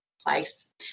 place